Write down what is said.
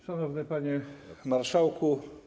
Szanowny Panie Marszałku!